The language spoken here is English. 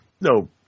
No